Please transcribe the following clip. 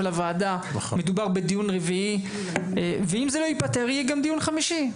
הוועדה מדובר בדיון רביעי ואם זה לא ייפתר יהיה גם דיון חמישי,